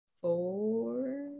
four